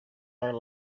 are